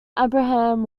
abraham